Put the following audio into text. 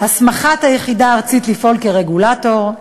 הסמכת היחידה הארצית לפעול כרגולטור,